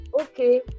Okay